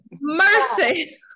Mercy